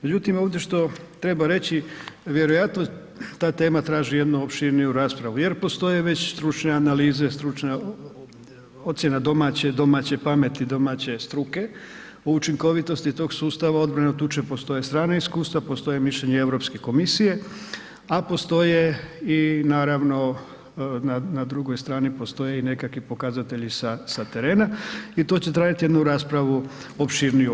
Međutim, ovdje što treba reći, vjerojatno ta tema traži jednu opširniju raspravu jer postoje već stručne analize, stručne, ocjena domaće, domaće pameti, domaće struke, o učinkovitosti tog sustava odbrane od tuče postoje strana iskustva, postoje mišljenje Europske komisije, a postoje i naravno na drugoj strani postoje i nekakvi pokazatelji sa, sa terena i to će trajati jednu raspravu opširniju.